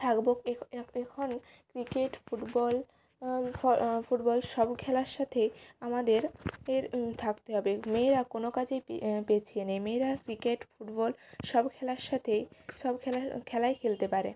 থাকবো এখনে cricket football football সব খেলার সাথে আমাদের এর থাকতে হবে মেয়েরা কোনো কাজেই পে পেছিয়ে নেই মেয়েরা ক্রিকেট ফুটবল সব খেলার সাথে সব খেলার খেলাই খেলতে পারে